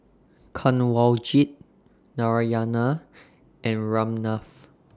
Kanwaljit Narayana and Ramnath